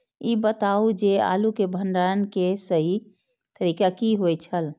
ई बताऊ जे आलू के भंडारण के सही तरीका की होय छल?